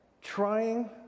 trying